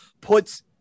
puts